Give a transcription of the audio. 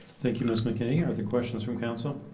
thank you miss mckinny are the questions from council